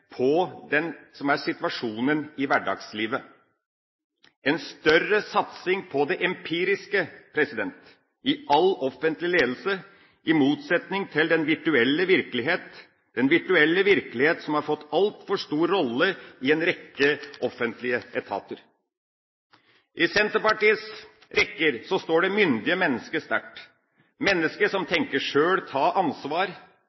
på det som er situasjonen i hverdagslivet – en større satsing på det empiriske i all offentlig ledelse, i motsetning til den virtuelle virkelighet. Den virtuelle virkelighet har fått altfor stor rolle i en rekke offentlige etater. I Senterpartiets rekker står det myndige mennesket sterkt – mennesket som